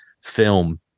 film